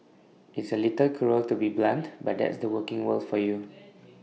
it's A little cruel to be blunt but that's the working world for you